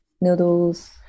noodles